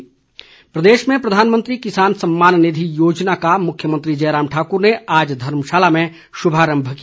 किसान सम्मान प्रदेश में प्रधानमंत्री किसान सम्मान निधि योजना का मुख्यमंत्री जयराम ठाकुर ने आज धर्मशाला में शुभारम्भ किया